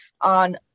on